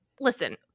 listen